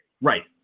Right